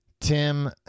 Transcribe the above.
Tim